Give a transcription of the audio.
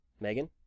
Megan